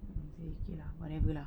err okay okay lah whatever lah